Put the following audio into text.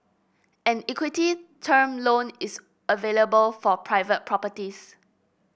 an equity term loan is available for private properties